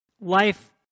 Life